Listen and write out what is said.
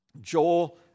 Joel